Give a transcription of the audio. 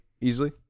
easily